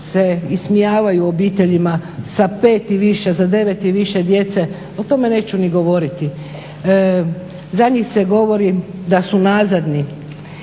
se ismijavaju obiteljima sa 5 i više, sa 9 i više djece o tome neću ni govoriti. Za njih se govori da su nazadni.